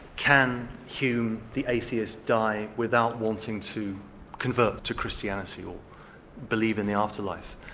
can hume the atheist die without wanting to convert to christianity or believe in the afterlife?